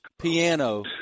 piano